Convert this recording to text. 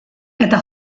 eta